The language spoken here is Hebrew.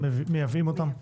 מייבאים אותן?